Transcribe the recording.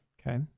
Okay